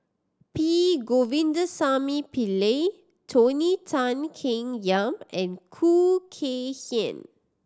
P Govindasamy Pillai Tony Tan Keng Yam and Khoo Kay Hian